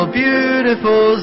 beautiful